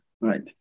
right